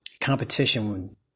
competition